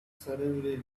suddenly